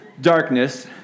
Darkness